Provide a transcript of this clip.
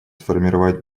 сформировать